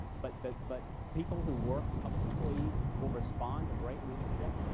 but but but people who work, public employees, will respond to great leadership,